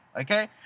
Okay